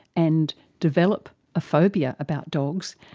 and develop a phobia about dogs,